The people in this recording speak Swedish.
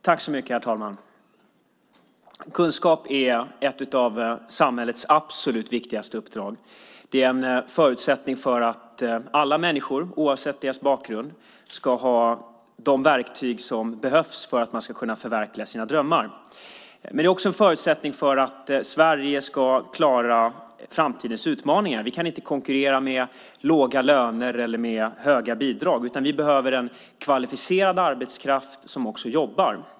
Herr talman! Att ge kunskap är ett av samhällets absolut viktigaste uppdrag. Det är en förutsättning för att alla människor, oavsett bakgrund, ska ha de verktyg som behövs för att de ska kunna förverkliga sina drömmar. Men det är också en förutsättning för att Sverige ska klara framtidens utmaningar. Vi kan inte konkurrera med låga löner eller med höga bidrag, utan vi behöver en kvalificerad arbetskraft som också jobbar.